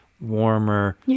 Warmer